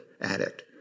addict